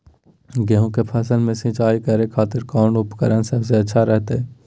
गेहूं के फसल में सिंचाई करे खातिर कौन उपकरण सबसे अच्छा रहतय?